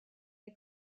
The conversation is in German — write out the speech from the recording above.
der